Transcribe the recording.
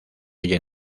oye